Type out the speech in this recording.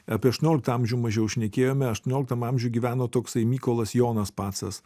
apie aštuonioliktą amžių mažiau šnekėjome aštuonioliktam amžiuj gyveno toksai mykolas jonas pacas